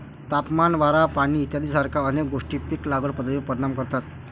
तापमान, वारा, पाणी इत्यादीसारख्या अनेक गोष्टी पीक लागवड पद्धतीवर परिणाम करतात